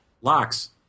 Locks